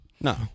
No